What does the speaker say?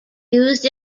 used